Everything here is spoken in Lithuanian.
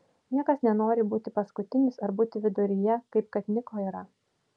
niekas nenori būti paskutinis ar būti viduryje kaip kad niko yra